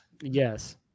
Yes